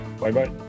Bye-bye